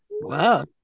wow